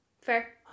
Fair